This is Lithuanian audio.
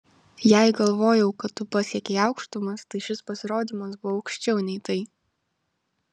jei galvojau kad tu pasiekei aukštumas tai šis pasirodymas buvo aukščiau nei tai